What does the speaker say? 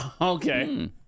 Okay